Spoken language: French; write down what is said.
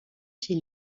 chez